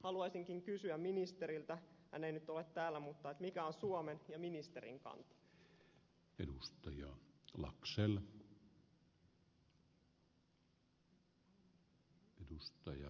haluaisinkin kysyä ministeriltä hän ei nyt ole täällä mikä on suomen ja ministerin kanta